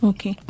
Okay